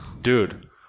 Dude